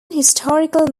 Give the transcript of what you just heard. historical